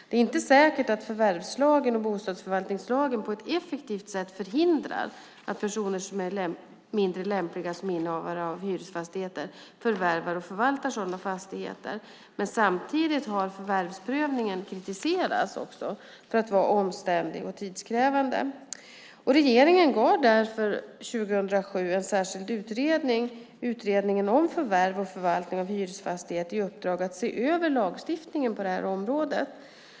Det är inte säkert att förvärvslagen och bostadsförvaltningslagen på ett effektivt sätt förhindrar att personer som är mindre lämpliga som innehavare av hyresfastigheter förvärvar och förvaltar sådana fastigheter. Samtidigt har förvärvsprövningen kritiserats för att vara omständlig och tidskrävande. Regeringen gav därför under år 2007 en särskild utredning, Utredningen om förvärv och förvaltning av hyresfastighet, i uppdrag att se över lagstiftningen på området.